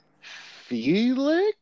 Felix